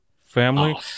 family